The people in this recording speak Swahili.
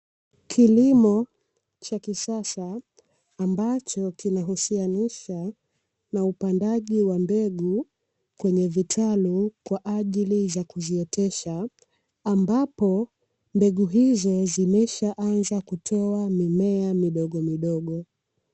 Kilimo cha kisasa ambacho kinahusianisha na upandaji wa mbegu kwenye vitalu, kwa ajili ya kuziotesha ambapo mbegu hizo zimeshaanza kutoa mimea midogomidogo.